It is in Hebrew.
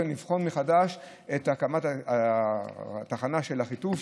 לבחון מחדש את הקמת התחנה של אחיטוב,